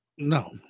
no